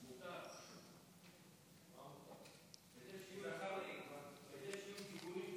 אפשר לבקש בקשות מעבר לשעה המקובלת, אבל זה נדיר.